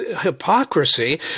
hypocrisy